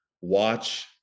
watch